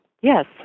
yes